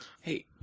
Hey